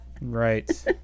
Right